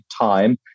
time